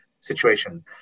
situation